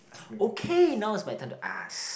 okay now is my turn to ask